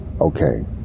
Okay